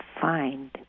find